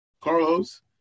Carlos